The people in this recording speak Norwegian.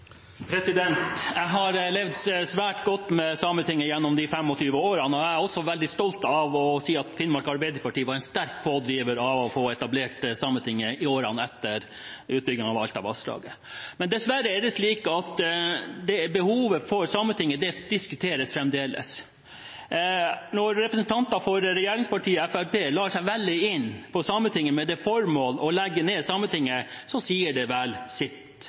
framtid. Jeg har levd svært godt med Sametinget gjennom disse 25 årene, og jeg er også veldig stolt av å si at Finnmark Arbeiderparti var en sterk pådriver for å få etablert Sametinget i årene etter utbyggingen av Alta-vassdraget. Men dessverre er det slik at behovet for Sametinget diskuteres fremdeles. Når representanter for regjeringspartiet Fremskrittspartiet lar seg velge inn på Sametinget med det formål å legge ned Sametinget, sier det vel sitt.